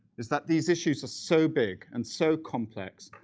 is that these issues are so big and so complex,